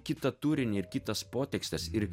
kitą turinį ir kitas potekstes ir